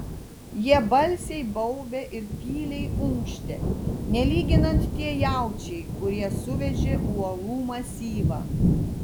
jie balsiai baubė ir tyliai unkštė nelyginant tie jaučiai kurie suvežė uolų masyvą